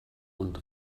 und